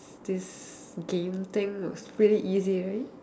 this game thing was pretty easy right